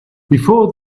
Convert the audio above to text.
before